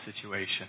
situation